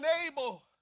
unable